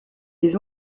des